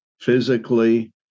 physically